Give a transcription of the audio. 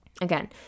Again